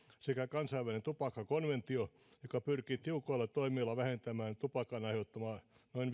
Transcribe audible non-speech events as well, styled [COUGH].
sekä kansainvälinen tupakkakonventio joka pyrkii tiukoilla toimilla vähentämään tupakan aiheuttamia noin [UNINTELLIGIBLE]